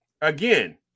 Again